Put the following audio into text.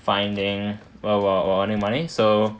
finding while while while earning money so